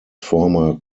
former